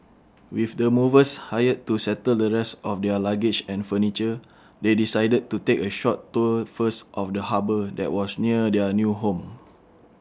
with the movers hired to settle the rest of their luggage and furniture they decided to take A short tour first of the harbour that was near their new home